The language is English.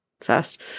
first